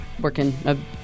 working